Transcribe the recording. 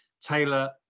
Taylor